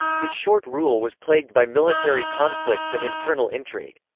his short rule was plagued by military conflicts and internal intrigue.